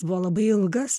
jis buvo labai ilgas